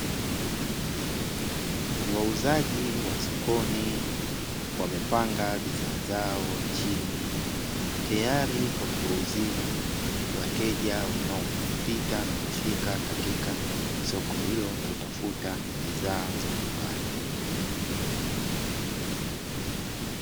Wauzaji wa sokoni wamepanga bidhaa zao chini, tayari kwa kuwauzia wateja, wanaopita na kufika katika soko hilo kutafuta bidhaa za nyumbani.